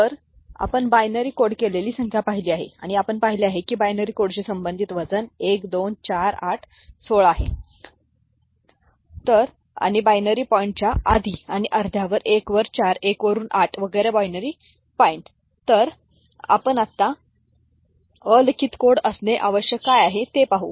तर आपण binary code केलेले संख्या पाहिली आहे आणि आपण पाहिले आहे की बायनरी कोडशी संबंधित वजन 1 2 4 8 16 आहे तर बायनरी पॉईंटच्या आधी आणि अर्ध्यावर 1 वर 4 1 वरून 8 वगैरे बायनरी पॉईंट नंतर हे आपण पाहुया अलिखित कोड असणे आवश्यक काय आहे ते पाहू